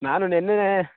ನಾನು ನೆನ್ನೆಯೇ